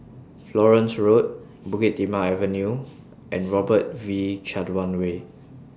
Florence Road Bukit Timah Avenue and Robert V Chandran Way